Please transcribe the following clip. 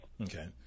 Okay